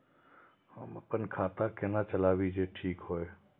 हम अपन खाता केना चलाबी जे ठीक होय?